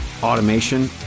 automation